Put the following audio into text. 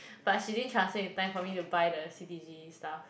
but she didn't transfer in time for me to buy the c_d_g stuff